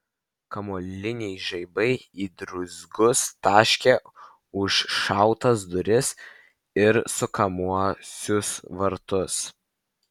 kamuoliniai žaibai į druzgus taškė užšautas duris ir sukamuosius vartus